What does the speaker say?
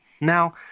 Now